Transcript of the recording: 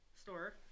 store